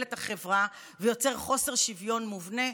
את החברה ויוצר חוסר שוויון מובנה?